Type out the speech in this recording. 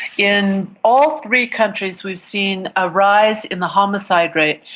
in all three countries we've seen a rise in the homicide rate.